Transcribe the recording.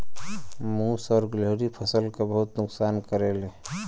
मुस और गिलहरी फसल क बहुत नुकसान करेले